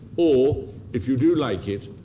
or, if you do like it,